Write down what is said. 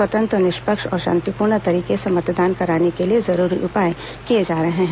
स्वतंत्र निष्पक्ष और शांतिपूर्ण तरीके से मतदान कराने के लिए जरूरी उपाए किए जा रहे हैं